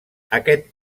aquest